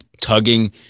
tugging